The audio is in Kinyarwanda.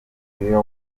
nibwo